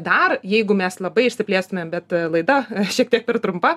dar jeigu mes labai išsiplėstumėm bet laida šiek tiek per trumpa